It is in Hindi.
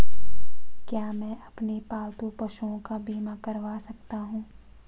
क्या मैं अपने पालतू पशुओं का बीमा करवा सकता हूं?